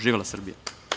Živela Srbija.